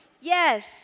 yes